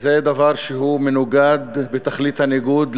זה דבר שהוא מנוגד בתכלית הניגוד לאמת.